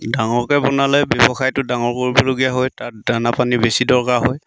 ডাঙৰকৈ বনালে ব্যৱসায়টো ডাঙৰ কৰিবলগীয়া হয় তাত দানা পানী বেছি দৰকাৰ হয়